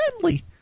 friendly